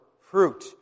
fruit